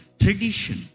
tradition